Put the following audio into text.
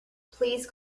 please